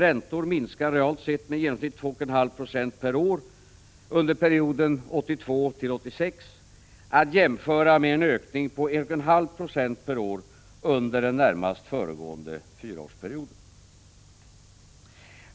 räntor minskar realt sett med i genomsnitt 2,5 96 per år under perioden 1982 87, att jämföra med en ökning på 1,5 96 per år under den närmast föregående fyraårsperioden.